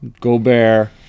Gobert